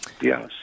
Yes